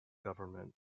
government